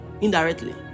indirectly